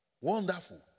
Wonderful